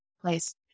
place